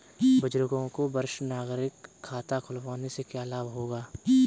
बुजुर्गों को वरिष्ठ नागरिक खाता खुलवाने से क्या लाभ होगा?